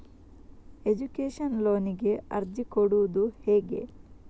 Education ಲೋನಿಗೆ ಅರ್ಜಿ ಕೊಡೂದು ಹೇಗೆ?